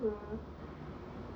orh